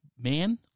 man